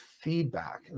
feedback